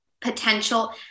potential